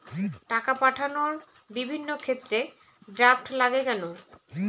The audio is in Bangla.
টাকা পাঠানোর বিভিন্ন ক্ষেত্রে ড্রাফট লাগে কেন?